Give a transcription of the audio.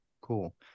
cool